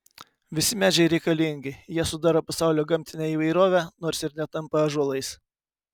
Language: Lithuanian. visi medžiai reikalingi jie sudaro pasaulio gamtinę įvairovę nors ir netampa ąžuolais